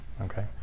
okay